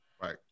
Right